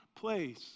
place